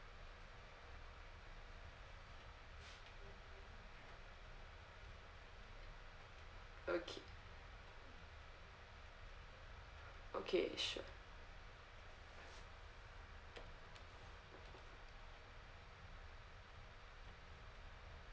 okay okay sure